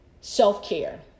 self-care